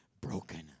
broken